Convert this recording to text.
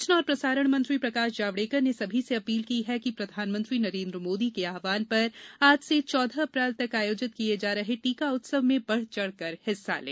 सूचना और प्रसारण मंत्री प्रकाश जावडेकर ने सभी से अपील की है कि प्रधानमंत्री नरेन्द्र मोदी के आह्वान पर आज से चौदह अप्रैल तक आयोजित किए जा रहे टीका उत्सव में बढ़चढ़ कर हिस्सा लें